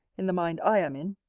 in the mind i am in!